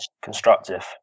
Constructive